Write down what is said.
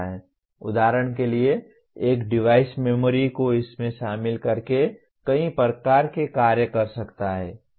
उदाहरण के लिए एक डिवाइस मेमोरी को इसमें शामिल करके कई प्रकार के कार्य कर सकता है